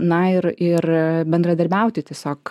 na ir ir bendradarbiauti tiesiog